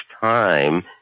time